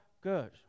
good